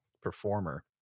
performer